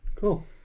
Cool